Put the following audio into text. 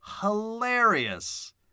hilarious